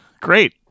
Great